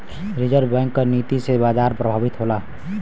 reserve bank क नीति से बाजार प्रभावित होला